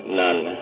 none